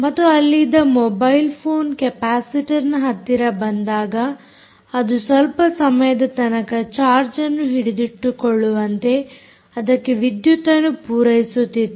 ಮತ್ತು ಅಲ್ಲಿ ಇದ್ದ ಮೊಬೈಲ್ ಫೋನ್ ಕೆಪಾಸಿಟರ್ನ ಹತ್ತಿರ ಬಂದಾಗ ಅದು ಸ್ವಲ್ಪ ಸಮಯದ ತನಕ ಚಾರ್ಜ್ ಅನ್ನು ಹಿಡಿದಿಟ್ಟುಕೊಳ್ಳುವಂತೆ ಅದಕ್ಕೆ ವಿದ್ಯುತ್ ಅನ್ನು ಪೂರೈಸುತ್ತಿತ್ತು